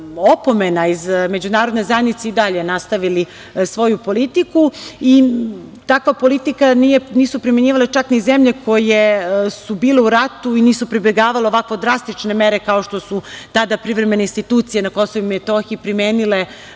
opomena iz međunarodne zajednice i dalje nastavili svoju politiku. Takvu politiku nisu primenjivale čak ni zemlje koje su bile u ratu i nisu pribegavale ovako drastične mere kao što su tada privremene institucije na Kosovu i Metohiji primenile